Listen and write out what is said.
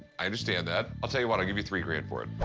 i understand that. i'll tell you what, i'll give you three grand for it.